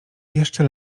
jeszcze